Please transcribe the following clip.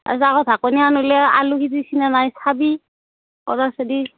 ঢাকনিখন ওলে আলু সিজিছে নে নাই চাবি